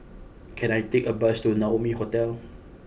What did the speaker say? can I take a bus to Naumi Hotel